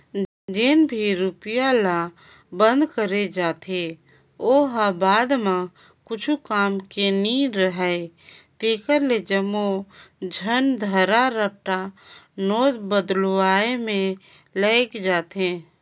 जेन भी रूपिया ल बंद करे जाथे ओ ह बाद म कुछु काम के नी राहय तेकरे ले जम्मो झन धरा रपटा नोट बलदुवाए में लग जाथे